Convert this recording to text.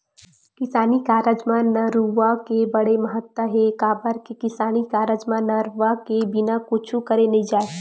किसानी कारज म नरूवा के बड़ महत्ता हे, काबर के किसानी कारज म नरवा के बिना कुछ करे नइ जाय